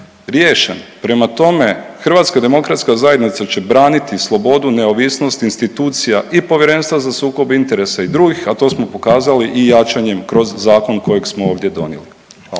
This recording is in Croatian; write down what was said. riješen. Prema tome, HDZ će braniti slobodu, neovisnost institucija i Povjerenstva za sukob interesa i drugih, a to smo pokazali i jačanjem kroz zakon kojeg smo ovdje donijeli.